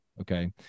okay